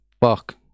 Fuck